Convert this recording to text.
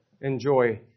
enjoy